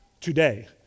Today